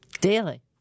Daily